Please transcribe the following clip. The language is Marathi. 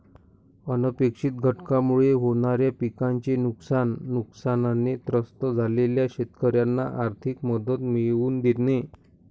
अनपेक्षित घटनांमुळे होणाऱ्या पिकाचे नुकसान, नुकसानाने त्रस्त झालेल्या शेतकऱ्यांना आर्थिक मदत मिळवून देणे